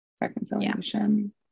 Reconciliation